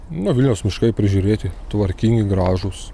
nu vilniaus miškai prižiūrėti tvarkingi gražūs